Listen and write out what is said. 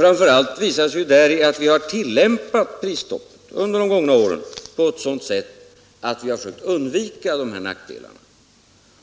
Framför allt visar detta sig däri att vi under de gångna åren har Tisdagen den tillämpat prisstoppet på ett sådant sätt att vi har försökt undvika de 14 december 1976 här nackdelarna.